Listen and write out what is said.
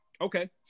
Okay